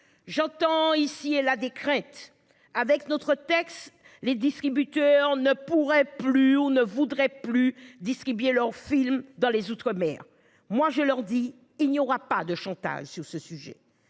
J'entends ici et là des décrète avec notre texte. Les distributeurs ne pourraient plus on ne voudrait plus distribuer leurs films dans les outre-mer moi je leur dis, il n'y aura pas de chantage sur ce sujet.